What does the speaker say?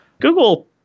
Google